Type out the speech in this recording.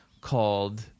called